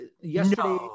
yesterday